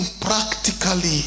Practically